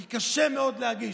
כי קשה מאוד להגיש.